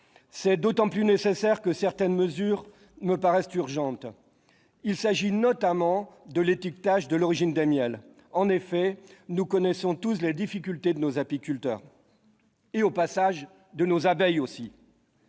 C'est d'autant plus nécessaire que certaines mesures me paraissent urgentes, notamment l'étiquetage de l'origine des miels. En effet, nous connaissons tous les difficultés de nos apiculteurs, affectés par les fortes